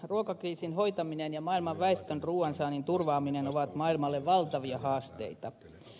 ruokakriisin hoitaminen ja maailman väestön ruuansaannin turvaaminen ovat maailmalle valtavia haasteita